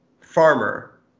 farmer